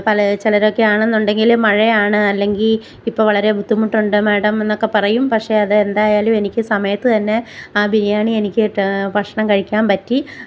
പല ചിലരൊക്കെയാണെന്ന് ഉണ്ടെങ്കിൽ മഴയാണ് അല്ലെങ്കിൽ ഇപ്പം വളരെ ബുദ്ധിമുട്ടുണ്ട് മേഡം എന്നൊക്കെ പറയും പക്ഷേ അതെന്തായാലും എനിക്ക് സമയത്ത് തന്നെ ആ ബിരിയാണി എനിക്ക് ഭക്ഷണം കഴിക്കാൻ പറ്റി